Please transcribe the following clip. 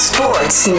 Sports